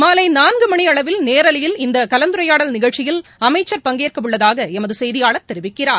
மாலை நான்கு மணி அளவில் நேரலையில் இந்த கலந்துரையாடல் நிகழ்ச்சியில் அமைச்சர் பங்கேற்க உள்ளதாக எமது செய்தியாளர் தெரிவிக்கிறார்